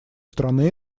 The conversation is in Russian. стороны